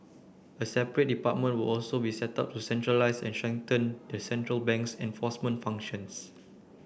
a separate department will also be set up to centralise and strengthen the central bank's enforcement functions